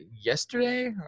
Yesterday